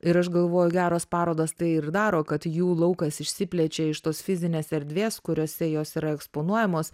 ir aš galvoju geros parodos tai ir daro kad jų laukas išsiplečia iš tos fizinės erdvės kuriose jos yra eksponuojamos